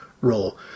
role